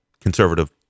conservative